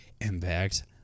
impact